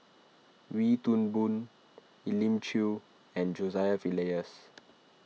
Wee Toon Boon Elim Chew and Joseph Elias